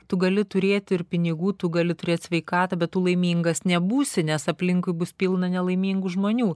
tu gali turėt ir pinigų tu gali turėt sveikatą bet tu laimingas nebūsi nes aplinkui bus pilna nelaimingų žmonių